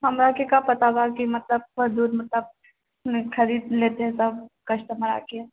हमराके का पता बा कि मतलब पूरा दूध मतलब खरीद लेतै सभ कस्टमर आके